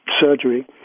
surgery